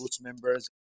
members